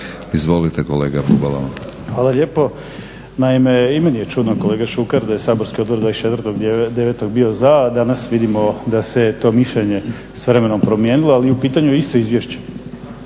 Krešimir (HDSSB)** Hvala lijepo. Naime i meni je čudno kolega Šuker da je saborski odbor 24.9. bio za, a danas vidimo da se to mišljenje s vremenom promijenilo. Ali u pitanju je isto izvješće.